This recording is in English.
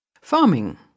Farming